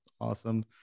awesome